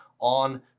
on